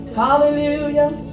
hallelujah